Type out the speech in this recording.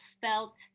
felt